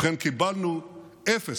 ובכן, קיבלנו אפס.